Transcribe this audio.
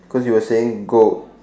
cause you were saying go